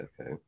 okay